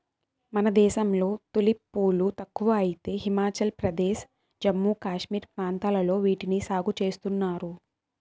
మన దేశంలో తులిప్ పూలు తక్కువ అయితే హిమాచల్ ప్రదేశ్, జమ్మూ కాశ్మీర్ ప్రాంతాలలో వీటిని సాగు చేస్తున్నారు